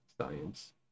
science